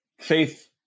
faith